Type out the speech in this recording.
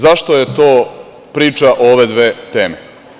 Zašto je to priča o ove dve teme?